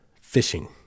fishing